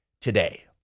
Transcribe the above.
today